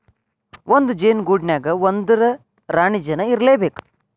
ಒಂದ ಜೇನ ಗೂಡಿನ್ಯಾಗ ಒಂದರ ರಾಣಿ ಜೇನ ಇರಲೇಬೇಕ